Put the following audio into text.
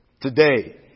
today